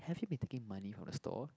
have you been taking money from the store